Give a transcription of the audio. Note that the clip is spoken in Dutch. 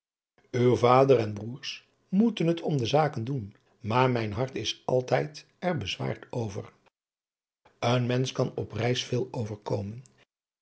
uw vader en broêrs moeten het om de zaken doen maar mijn hart is altijd er bezwaard over een mensch kan op reis veel overkomen